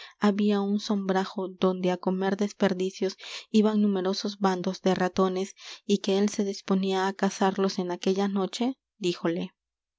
n sombrajo donde á comer desperdicios i b a n numerosos bandos de ratones y que él se d i s p o n í a á cazarlos en aquella noche